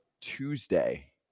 Tuesday